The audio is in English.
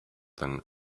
than